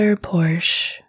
Porsche